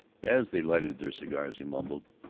as they lighted their cigars he mumbled,